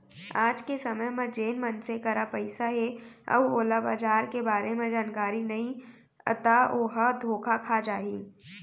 आज के समे म जेन मनसे करा पइसा हे अउ ओला बजार के बारे म जानकारी नइ ता ओहा धोखा खा जाही